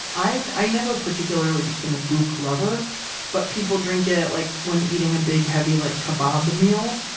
i and i never particularly became a doogh lover but people drink it like when eating a big, heavy like kebab meal.